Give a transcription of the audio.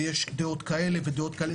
ויש דעות כאלה ודעות כאלה,